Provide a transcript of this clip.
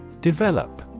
Develop